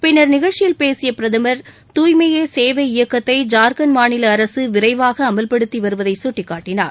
பின்னர் நிகழ்ச்சியில் பேசிய பிரதமர் தூய்மையே சேவை இயக்கத்தை ஜார்கண்ட் மாநில அரசு விரைவாக அமல்படுத்தி வருவதை சுட்டிக்காட்டினார்